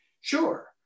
sure